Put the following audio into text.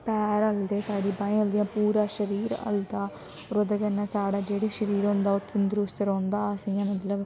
पैर हलदे साढियां बाहीं हलदियां पूरा शरीर हलदा फेर ओह्दे कन्नै साढ़ा जेह्ड़ा शरीर होंदा ओह् तंदरुस्त रौंह्दा असें इ'यां मतलब